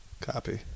Copy